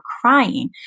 crying